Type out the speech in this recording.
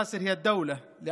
לא ייתכן.